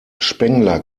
spengler